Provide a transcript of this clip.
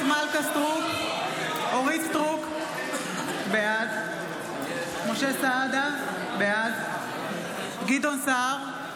אורית מלכה סטרוק, בעד משה סעדה, בעד גדעון סער,